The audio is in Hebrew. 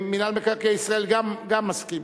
מינהל מקרקעי ישראל גם מסכים?